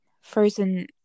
frozen